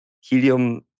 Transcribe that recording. Helium